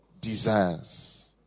desires